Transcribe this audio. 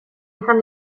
izan